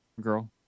girl